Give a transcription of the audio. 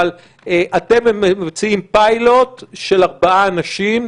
אבל אתם מציעים פיילוט של ארבעה אנשים,